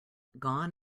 gone